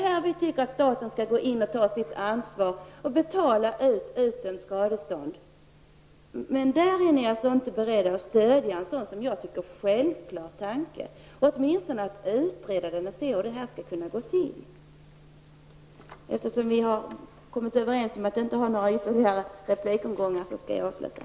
Jag tycker att staten skall ta sitt ansvar och betala ut skadestånd. Men ni är inte beredda att stödja en sådan, som jag tycker, självklar tanke. Frågan bör åtminstone utredas för att man skall komma fram till hur skadeståndet skall utbetalas. Eftersom vi har kommit överens om att inte ha ytterligare replikomgångar slutar jag här.